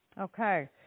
Okay